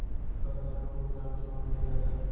लद्दाख म बुद्ध धरम के मनइया जादा हे